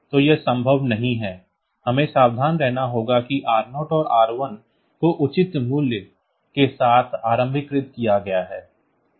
तो यह संभव नहीं है हमें सावधान रहना होगा कि R0 और R1 को उचित मूल्यों के साथ आरंभीकृत किया गया है